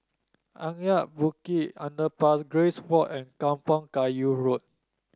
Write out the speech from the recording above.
Anak Bukit Underpass Grace Walk and Kampong Kayu Road